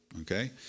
okay